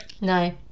No